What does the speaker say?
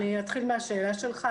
אני אתחיל מהשאלה שלך.